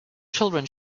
children